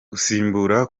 gusimbura